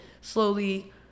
slowly